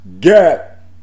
get